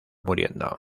muriendo